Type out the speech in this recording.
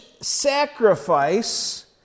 sacrifice